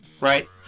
right